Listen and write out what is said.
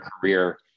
career